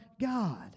God